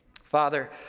Father